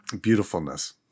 Beautifulness